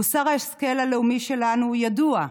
מוסר ההשכל הלאומי שלנו הוא ידוע: